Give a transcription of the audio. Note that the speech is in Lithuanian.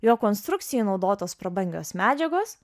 jo konstrukcijai naudotos prabangios medžiagos